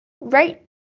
right